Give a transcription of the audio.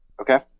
Okay